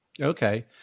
Okay